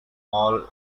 all